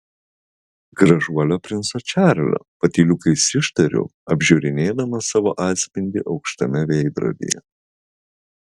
gražuolio princo čarlio patyliukais ištariau apžiūrinėdama savo atspindį aukštame veidrodyje